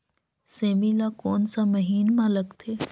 सेमी ला कोन सा महीन मां लगथे?